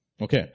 Okay